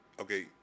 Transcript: Okay